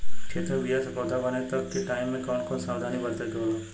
खेत मे बीया से पौधा बने तक के टाइम मे कौन कौन सावधानी बरते के होला?